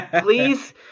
please